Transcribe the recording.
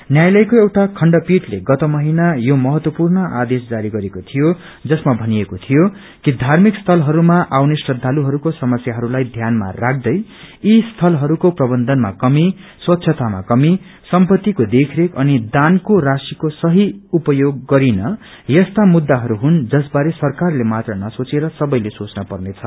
न्यायालयको एउटा खण्डपीठले गत महिना यो महत्वपूर्ण आदेश जारी गरेको थियो जसमा भनिएको थियो कि धार्मिक स्थलहरूमा आउने श्रद्धालुहरूको समस्याहरूलाई ध्यानमा राख्दै यी स्थलहरूको प्रबन्धनमा कमी स्वच्छतामा कमी सम्पत्तिको देखरेख अनि दानको राशीको सही उपयोग गरिने यस्तो मुद्दाहरू हुन् जस बारे सरकारले मात्र नसोंचेर सबैले सोंच्न पर्नेछ